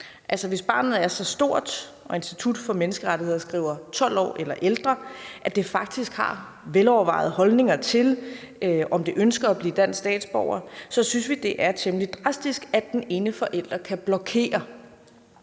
hvis barnet er så stort – Institut for Menneskerettigheder skriver 12 år eller ældre – at det faktisk har velovervejede holdninger til, om det ønsker at blive dansk statsborger, så synes vi, det er temmelig drastisk, at den ene forælder kan blokere.